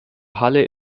halle